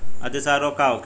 अतिसार रोग का होखे?